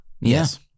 Yes